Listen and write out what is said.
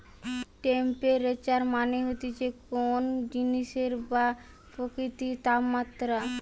temperature মানে হতিছে কোন জিনিসের বা প্রকৃতির তাপমাত্রা